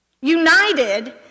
united